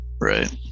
right